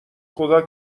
خدا